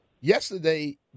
Yesterday